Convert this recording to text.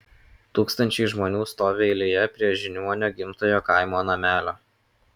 tūkstančiai žmonių stovi eilėje prie žiniuonio gimtojo kaimo namelio